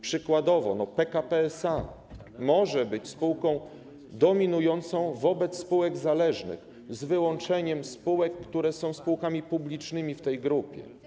Przykładowo PKP SA może być spółką dominującą wobec spółek zależnych, z wyłączeniem spółek, które są spółkami publicznymi w tej grupie.